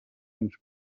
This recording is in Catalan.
ens